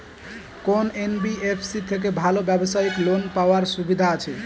কোন এন.বি.এফ.সি থেকে ভালো ব্যবসায়িক লোন পাওয়ার সুবিধা আছে?